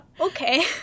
okay